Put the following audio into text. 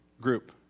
group